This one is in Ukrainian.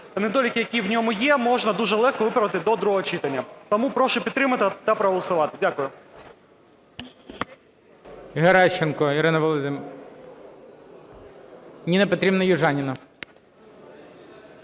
недоліки, які в ньому є, можна дуже легко виправити до другого читання. Тому прошу підтримати та проголосувати. Дякую.